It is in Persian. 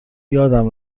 یادم